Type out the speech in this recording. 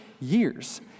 years